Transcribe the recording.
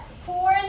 four